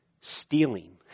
stealing